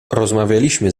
rozmawialiśmy